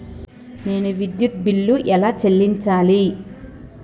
నేను విద్యుత్ బిల్లు ఎలా చెల్లించాలి?